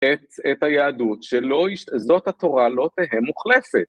את, את היהדות, שלא.. שזאת התורה לא תהיה מוחלפת.